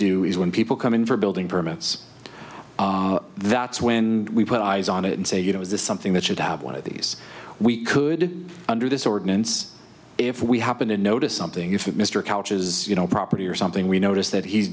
do is when people come in for building permits that's when we put eyes on it and say you know is this something that should have one of these we could under this ordinance if we happen to notice something if mr couches you know property or something we notice that he's